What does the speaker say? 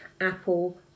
apple